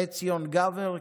עציון גבר,